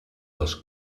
les